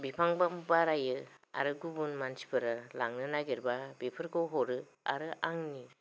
बिफांबो बारायो आरो गुबुन मानसिफोरा लांनो नागिरब्ला बेफोरखौ हरो आरो आंनि